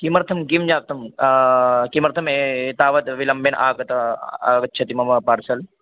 किमर्थं किं जातं किमर्थम् एतावद् विलम्बेन आगता आगच्छति मम पार्सल्